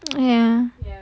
ya